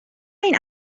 این